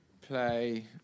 play